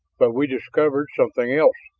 but we discovered something else.